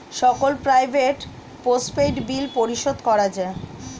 সকল prepaid, postpaid bill পরিশোধ করা যায়